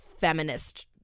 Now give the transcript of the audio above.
feminist